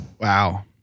Wow